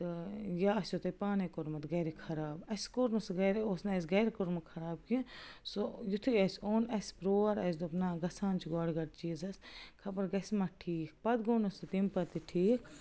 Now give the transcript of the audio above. یہِ آسوٕ تۄہہِ پانے کوٚرمُت گَرِ خراب اَسہ کوٚر نہٕ سُہ گَرِ اوس نہٕ گَرِ کوٚرمُت خراب کیٚنٛہہ سُہ یُتھٕے اَسہِ اوٚن اَسہِ پرور اَسہِ دوٚپ نَہ گَژھان چھُ گۄڈٕ گۄڈٕ چیٖزس خَبر گَژھہِ ما ٹھیٖک پتہٕ گووٚ نہٕ سُہ تمہِ پتہٕ تہِ ٹھیٖک